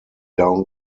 down